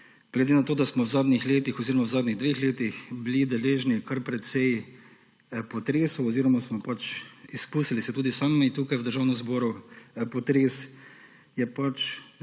Glede na to da smo v zadnjih letih oziroma v zadnjih dveh letih bili deležni kar precej potresov oziroma smo izkusili tudi sami tukaj v Državnem zboru potres, je